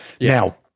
Now